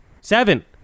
seven